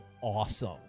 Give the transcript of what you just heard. awesome